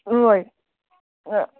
ꯍꯣꯏ ꯑꯥ